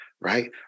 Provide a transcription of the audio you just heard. Right